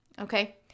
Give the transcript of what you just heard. Okay